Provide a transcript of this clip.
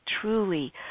truly